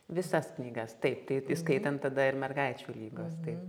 visas knygas taip tai įskaitant tada ir mergaičių lygos taip